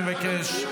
אני מבקש,